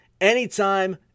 anytime